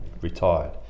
retired